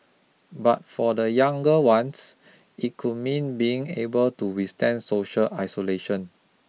but for the younger ones it could mean being able to withstand social isolation